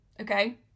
okay